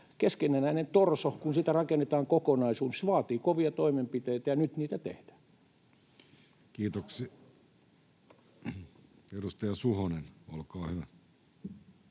keskeneräisestä torsosta rakennetaan kokonaisuus, se vaatii kovia toimenpiteitä, ja nyt niitä tehdään. Kiitoksia. — Edustaja Suhonen, olkaa hyvä.